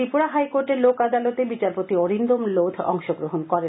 ত্রিপুরা হাইকোর্টের লোক আদালতে বিচারপতি অরিন্দম লোধ অংশগ্রহণ করেন